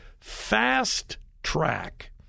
fast-track